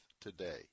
today